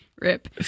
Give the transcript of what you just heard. Rip